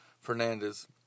Fernandez